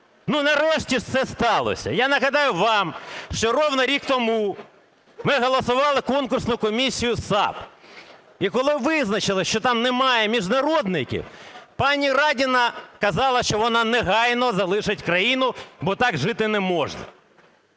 Ну нарешті це сталося. Я нагадаю вам, що рівно рік тому ми голосували конкурсну комісію САП. І коли визначили, що там немає міжнародників, пані Радіна казала, що вона негайно залишить країну, бо так жити не можна.